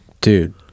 Dude